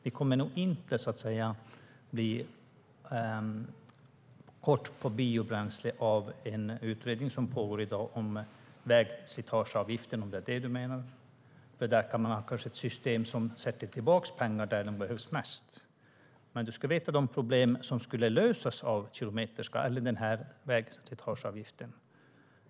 Vi kommer nog inte att få ont om biobränsle som följd av en utredning som i dag pågår om vägslitageavgiften, om det är vad du menar. Det är ett system där man sätter tillbaka pengar där de behövs mest. Du ska veta vilka problem som kan lösas av vägslitageavgiften.